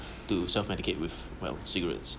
to self medicate with well cigarettes